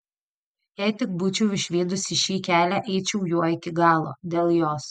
jei tik būčiau išvydusi šį kelią eičiau juo iki galo dėl jos